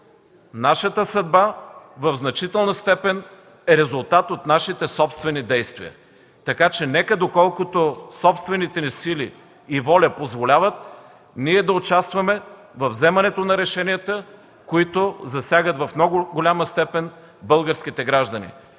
нашата съдба в значителна степен е резултат от нашите собствени действия. Нека, доколкото собствените ни сили и воля позволяват, ние да участваме във вземането на решенията, които засягат в много голяма степен българските граждани.